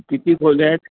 किती खोल्या आहेत